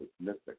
mystic